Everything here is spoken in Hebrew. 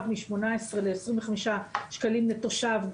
משמונה עשרה לעשרים וחמישה שקלים לתושב,